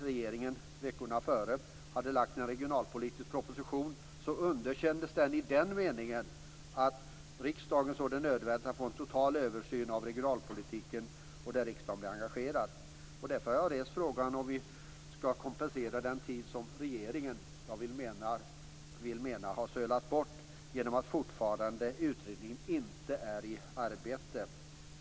Regeringen hade veckorna före lagt fram en regionalpolitisk proposition som underkändes i den meningen att riksdagen ansåg det nödvändigt att göra en total översyn av regionalpolitiken i vilken riksdagen skulle vara engagerad. Därför har jag rest frågan om ifall vi skall kompensera den tid som jag menar att regeringen har sölat bort genom att utredningen fortfarande inte är i arbete.